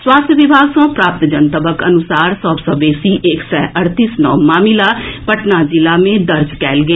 स्वास्थ्य विभाग सँ प्राप्त जनतबक अनुसार सभ सँ बेसी एक सय अड़तीस नव मामिला पटना जिला मे दर्ज कएल गेल